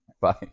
Bye